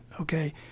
okay